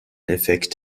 effekt